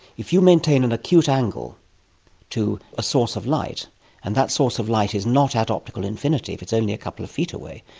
if you maintain an acute angle to a source of light and that source of light is not at optical infinity, if it's only a couple of feet away,